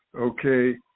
okay